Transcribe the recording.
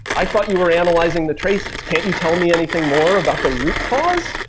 i thought you were analyzing the traces? can't you tell me anything more about the root cause?